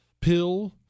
pill